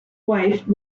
wife